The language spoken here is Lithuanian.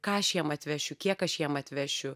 ką aš jiem atvešiu kiek aš jiem atvešiu